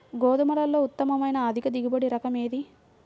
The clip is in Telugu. గోధుమలలో ఉత్తమమైన అధిక దిగుబడి రకం ఏది?